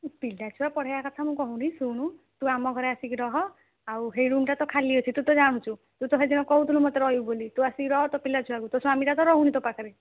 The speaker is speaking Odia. ପିଲାଛୁଆ ପଢ଼ାଇବା କଥା ମୁଁ କହୁନି ଶୁଣୁ ତୁ ଆମ ଘରେ ଆସିକି ରହ ଆଉ ହେଇ ରୁମ୍ଟା ତ ଖାଲି ଅଛି ତୁ ତ ଜାଣୁଛୁ ତୁ ତ ସେଦିନ କହୁଥିଲୁ ମୋତେ ରହିବୁ ବୋଲି ତୁ ଆସି ରହ ତୋ ପିଲାଛୁଆକୁ ତୋ ସ୍ଵାମୀଟା ତ ରହୁନି ତୋ ପାଖରେ